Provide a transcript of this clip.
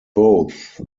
both